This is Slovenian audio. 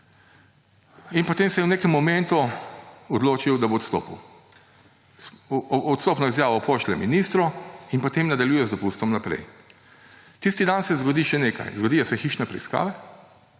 In potem se je v nekem momentu odločil, da bo odstopil. Odstopno izjavo pošlje ministru in potem nadaljuje z dopustom naprej. Tisti dan se zgodi še nekaj. Zgodijo se hišne preiskave